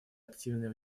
активное